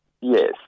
Yes